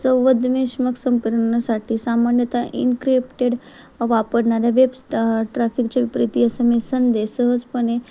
चौद्मेश मक संपर्नसाठी सामान्यत इन्क्रिप्टेड वापरणाऱ्या वेबस् ट्रॅफिकचे प्रती असं मी संधे सहजपणे